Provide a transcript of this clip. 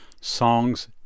songs